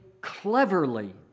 cleverly